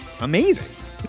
amazing